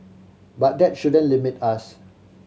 but that shouldn't limit us